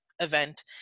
event